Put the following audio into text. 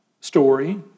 story